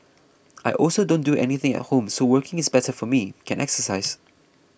I also don't do anything at home so working is better for me can exercise